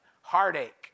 heartache